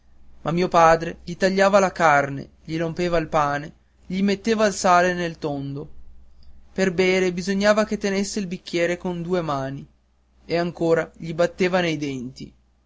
ma mio padre gli tagliava la carne gli rompeva il pane gli metteva il sale nel tondo per bere bisognava che tenesse il bicchiere con due mani e ancora gli batteva nei denti